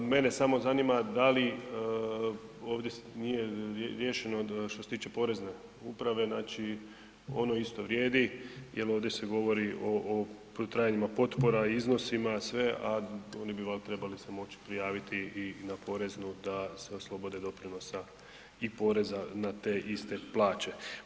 Mene samo zanima da li, ovdje nije riješeno što se tiče porezne uprave, znači ono isto vrijedi jel ovdje se govori o, o trajanjima potpora, iznosima, sve, a oni bi valda trebali se moći prijaviti i na poreznu da se oslobode doprinosa i poreza na te iste plaće.